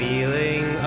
Feeling